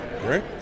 Great